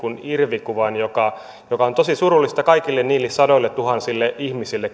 irvikuvan joka joka on tosi surullista kaikille niille sadoilletuhansille ihmisille